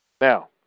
Now